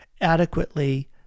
adequately